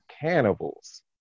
Cannibals